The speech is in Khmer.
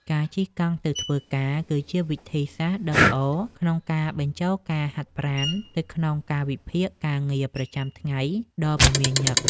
ការជិះកង់ទៅធ្វើការ គឺជាវិធីសាស្រ្តដ៏ល្អក្នុងការបញ្ចូលការហាត់ប្រាណទៅក្នុងកាលវិភាគការងារប្រចាំថ្ងៃដ៏មមាញឹក។